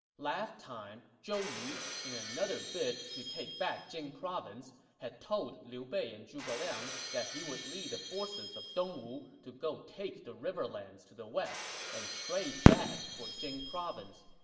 last time, zhou yu, in another bid to take back jing province, had told liu bei and zhuge liang that he would lead the forces of dongwu to go take the riverlands to the west and trade that for jing province.